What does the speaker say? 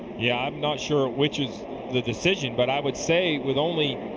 yeah, i'm not sure which is the decision, but i would say with only,